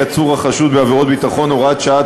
(עצור החשוד בעבירת ביטחון) (הוראת שעה),